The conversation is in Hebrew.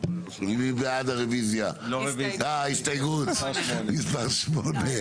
מי בעד הסתייגויות מספר 8?